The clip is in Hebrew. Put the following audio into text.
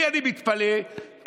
אני אענה על